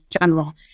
general